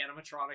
animatronic